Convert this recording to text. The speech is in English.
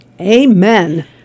Amen